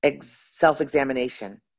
self-examination